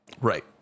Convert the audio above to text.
Right